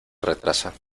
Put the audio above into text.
retrasa